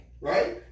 right